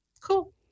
cool